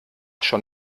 schon